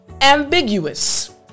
ambiguous